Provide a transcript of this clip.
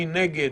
מי נגד?